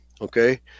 okay